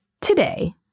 today